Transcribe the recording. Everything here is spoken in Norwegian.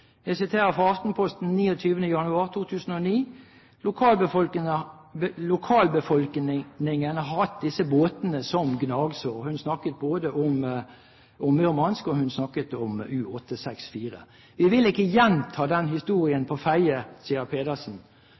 Jeg siterer fra Aftenposten 29. januar 2009: «Lokalbefolkningen har hatt disse båtene som gnagsår.» – Hun snakket både om «Murmansk» og om ubåten U-864. «Vi ville ikke gjenta den historien på Fedje, sier Pedersen.»